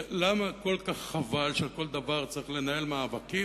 למה כל כך חבל שעל כל דבר צריך לנהל מאבקים,